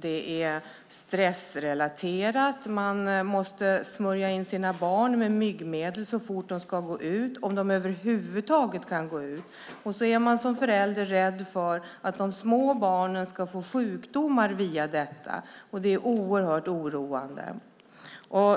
Det är stressrelaterat; man måste smörja in sina barn med myggmedel så fort de ska gå ut - om de över huvud taget kan gå ut. Som förälder är man rädd för att de små barnen ska få sjukdomar via detta. Det är oerhört oroande.